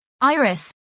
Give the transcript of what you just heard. IRIS